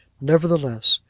Nevertheless